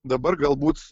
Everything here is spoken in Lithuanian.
dabar galbūt